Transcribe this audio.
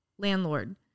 landlord